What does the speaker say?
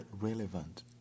relevant